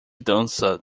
dança